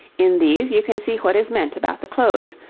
in these you can see what is meant about the clothes,